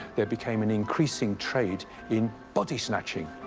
there became an increasing trade in body snatching.